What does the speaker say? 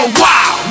wow